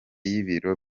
y’ibiro